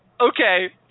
okay